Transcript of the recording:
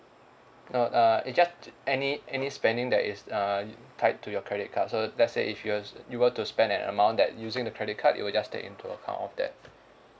uh uh it's just any any spending that is uh tied to your credit card so let's say if you was you were to spend that amount that using the credit card you will just take into account of that